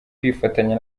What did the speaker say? kwifatanya